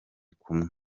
kumwe